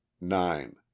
nine